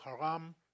Haram